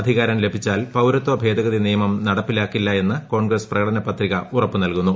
അധികാരം ലഭിച്ചാൽ പൌരത ഭേദഗ്ര്തിനീയമം നടപ്പിലാക്കില്ല എന്ന് കോൺഗ്രസ് പ്രകടന പത്രിക്കിൽ ഉറപ്പു നൽകുന്നു